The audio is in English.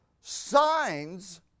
signs